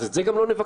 אז את זה גם לא נבקר?